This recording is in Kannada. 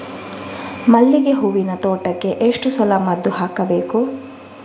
ಮಲ್ಲಿಗೆ ಹೂವಿನ ತೋಟಕ್ಕೆ ಎಷ್ಟು ಸಲ ಮದ್ದು ಹಾಕಬೇಕು?